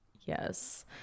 Yes